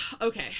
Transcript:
okay